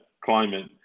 climate